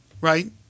Right